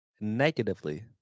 negatively